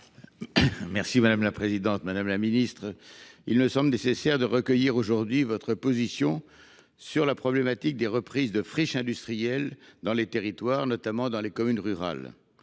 Madame la secrétaire d'État, il me semble nécessaire de recueillir aujourd'hui votre position sur la problématique des reprises de friches industrielles dans les territoires, notamment dans les communes rurales,